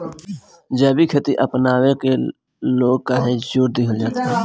जैविक खेती अपनावे के लोग काहे जोड़ दिहल जाता?